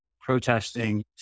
protesting